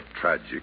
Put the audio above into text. tragic